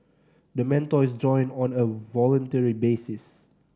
the mentor is join on a voluntary basis